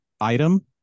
item